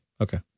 Okay